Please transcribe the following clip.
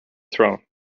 throne